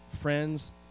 friends